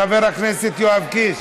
חבר הכנסת יואב קיש.